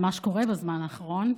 על מה שקורה בזמן האחרון,